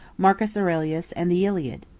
marcus aurelius and the iliad.